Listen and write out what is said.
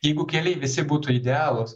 jeigu keliai visi būtų idealūs